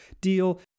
deal